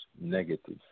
negative